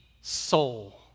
soul